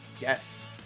yes